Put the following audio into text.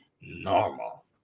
normal